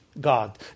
God